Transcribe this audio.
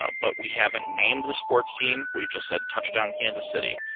ah but we haven't named the sports team. we've just said, touchdown, kansas city.